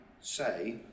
say